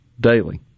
daily